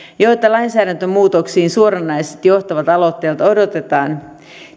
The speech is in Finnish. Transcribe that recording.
joita lainsäädäntömuutoksiin suoranaisesti johtavalta aloitteelta odotetaan